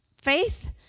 Faith